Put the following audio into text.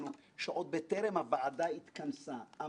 שטוענים שתגובתו של הנגיד חצופה.